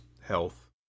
health